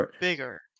bigger